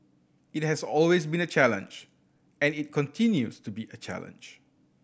it has always been a challenge and it continues to be a challenge